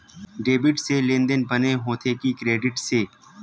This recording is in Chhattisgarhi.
डेबिट से लेनदेन बने होथे कि क्रेडिट से?